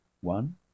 One